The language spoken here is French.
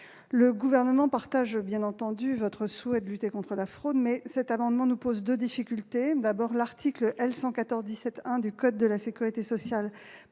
Le Gouvernement partage bien entendu votre souhait de lutter contre la fraude, mais cet amendement pose deux difficultés. D'une part, l'article L. 114-17-1 du code de la sécurité sociale